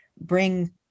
bring